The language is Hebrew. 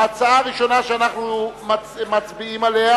ההצעה הראשונה שאנחנו מצביעים עליה